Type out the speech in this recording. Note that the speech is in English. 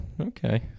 Okay